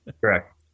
Correct